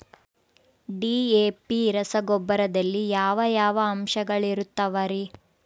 DAP ರಸಗೊಬ್ಬರದಲ್ಲಿ ಯಾವ ಯಾವ ಅಂಶಗಳಿರುತ್ತವರಿ?